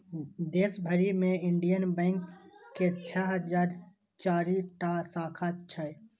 देश भरि मे इंडियन बैंक के छह हजार चारि टा शाखा छै